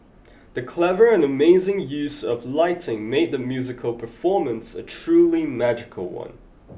the clever and amazing use of lighting made the musical performance a truly magical one